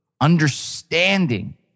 understanding